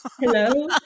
Hello